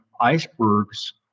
icebergs